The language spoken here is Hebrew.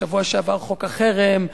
בשבוע שעבר חוק החרם,